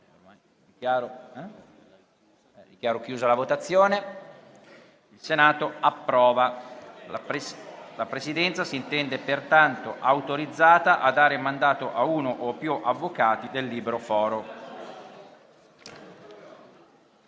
Allegato B)*. La Presidenza si intende pertanto autorizzata a dare mandato a uno o più avvocati del libero foro.